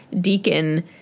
Deacon